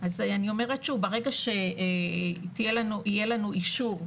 אז אני אומרת שוב, ברגע שיהיה לנו אישור לתוכנית.